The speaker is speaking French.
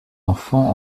enfants